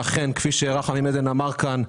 שאכן כפי שרחמים עדן אמר כאן,